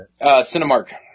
Cinemark